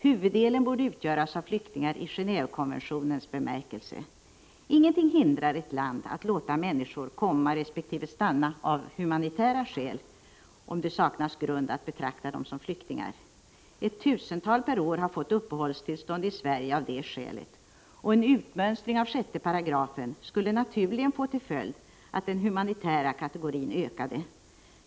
Huvuddelen borde utgöras av flyktingar i Gen&vekonventionens bemärkelse. Ingenting hindrar ett land att låta människor komma resp. stanna av humanitära skäl om det saknas grund att betrakta dem som flyktingar. Ett tusental per år har fått uppehållstillstånd i Sverige av det skälet, och en utmönstring av 6 § skulle naturligen få till följd att den ”humanitära” kategorin ökade.